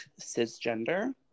cisgender